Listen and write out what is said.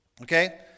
Okay